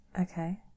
Okay